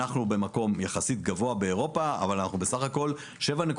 אנחנו במקום יחסית גבוה באירופה אבל אנחנו בסך הכול 7.3%